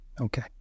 Okay